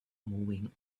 moving